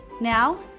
Now